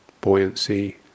buoyancy